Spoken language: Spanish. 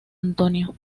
antonio